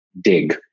Dig